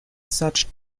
such